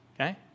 Okay